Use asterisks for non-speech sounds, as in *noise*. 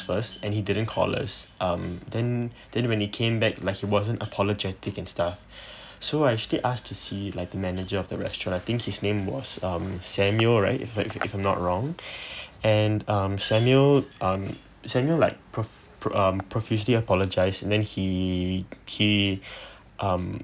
first and he didn't call us um then then when we came back like he wasn't apologetic and stuff *breath* so I actually asked to see like the manager of the restaurant I think his name was um samuel right if that if I'm not wrong *breath* and um samuel um samuel like prof~ um profusely apologise and then he he *breath* um